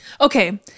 Okay